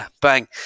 Bang